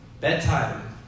bedtime